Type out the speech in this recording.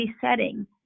setting